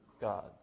God